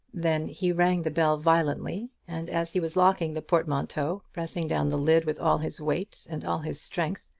then he rang the bell violently and as he was locking the portmanteau, pressing down the lid with all his weight and all his strength,